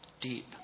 deep